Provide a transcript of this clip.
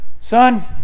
Son